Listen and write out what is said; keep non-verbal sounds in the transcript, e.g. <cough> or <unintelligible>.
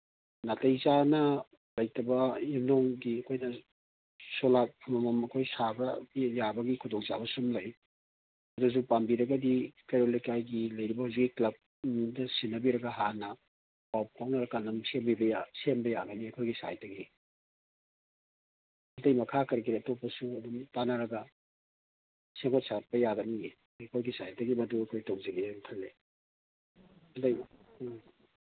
ꯅꯥꯇꯩ ꯆꯥꯅ ꯂꯩꯇꯕ ꯌꯨꯝꯗꯣꯡꯒꯤ ꯑꯩꯈꯣꯏꯅ ꯁꯨꯂꯥꯞ ꯊꯝꯕꯝ ꯑꯩꯈꯣꯏ ꯁꯥꯕꯒꯤ ꯌꯥꯕꯒꯤ ꯈꯨꯗꯣꯡꯆꯥꯕꯁꯨ ꯑꯗꯨꯝ ꯂꯩ ꯑꯗꯨꯁꯨ ꯄꯥꯝꯕꯤꯔꯒꯗꯤ ꯀꯩꯔꯣꯜ ꯂꯩꯀꯥꯏꯒꯤ ꯂꯩꯔꯤꯕ ꯍꯧꯖꯤꯛ ꯀ꯭ꯂꯕꯗ ꯁꯤꯟꯅꯕꯤꯔꯒ ꯍꯥꯟꯅ ꯄꯥꯎ ꯐꯥꯎꯅꯔ ꯀꯥꯟꯗ ꯑꯗꯨꯝ ꯁꯦꯝꯕ ꯌꯥꯒꯅꯤ ꯑꯩꯈꯣꯏꯒꯤ ꯁꯥꯏꯠꯇꯒꯤ ꯑꯇꯩ ꯃꯈꯥ ꯀꯔꯤ ꯀꯔꯤ ꯑꯇꯣꯞꯄꯁꯨ ꯑꯗꯨꯝ ꯇꯥꯅꯔꯒ ꯁꯦꯝꯒꯠ ꯁꯥꯒꯠꯄ ꯌꯥꯒꯅꯤꯌꯦ ꯑꯩꯈꯣꯏꯒꯤ ꯁꯥꯏꯠꯇꯒꯤ ꯃꯗꯨ ꯑꯩꯈꯣꯏ ꯇꯧꯖꯒꯦꯅ ꯈꯜꯂꯦ <unintelligible> ꯎꯝ